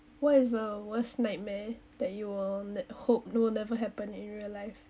what is the worst nightmare that you'll ne~ hope no never happen in real life